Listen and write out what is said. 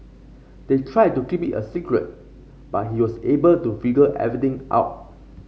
they tried to keep it a secret but he was able to figure everything out